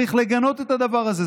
וצריך לגנות את הדבר הזה.